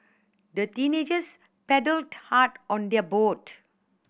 the teenagers paddled hard on their boat